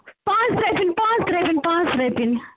پانٛژٕ رۄپیَنۍ پانٛژٕ رۄپیَنۍ پانٛژٕ رۄپیَنۍ